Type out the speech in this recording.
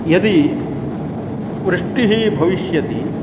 यदि वृष्टिः भविष्यति